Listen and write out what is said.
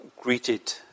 greeted